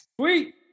Sweet